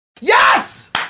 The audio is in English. Yes